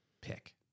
pick